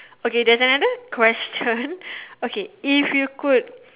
okay there's another question okay if you could